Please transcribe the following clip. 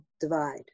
divide